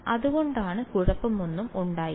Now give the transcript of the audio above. അതുകൊണ്ട് കുഴപ്പമൊന്നും ഉണ്ടായില്ല